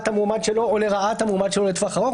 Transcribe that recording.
המועמד שלו או לרעת המועמד שלו לטווח ארוך.